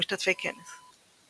ומשתתפי כנס.